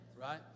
right